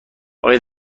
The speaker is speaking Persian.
آیا